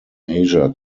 asia